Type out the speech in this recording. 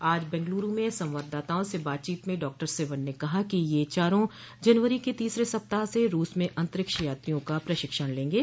आज बेंगलुरु में संवाददाताओं से बातचीत में डॉक्टर सिवन ने कहा कि ये चारों जनवरी के तीसरे सप्ताह से रूस में अंतरिक्ष यात्रियों का प्रशिक्षण लेंगे